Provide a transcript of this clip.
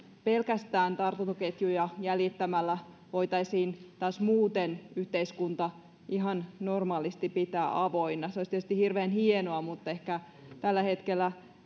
pelkästään tartuntaketjuja jäljittämällä voitaisiin taas muuten yhteiskunta ihan normaalisti pitää avoinna se olisi tietysti hirveän hienoa mutta ehkä tällä hetkellä